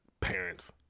Parents